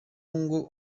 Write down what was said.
ngo